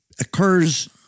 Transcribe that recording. occurs